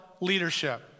leadership